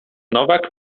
nowak